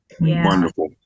Wonderful